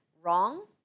wrong